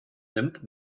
nimmt